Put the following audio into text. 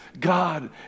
God